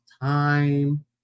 time